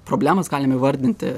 problemas galim įvardinti